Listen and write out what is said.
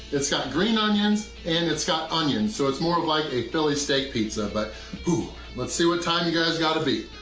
it's got green onions and it's got onions, so it's more of like a philly steak pizza, but let's see what time you guys gotta beat.